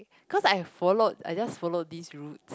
cause I follow I just follow this rude